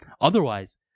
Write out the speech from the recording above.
Otherwise